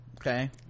okay